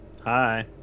Hi